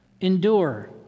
Endure